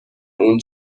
اون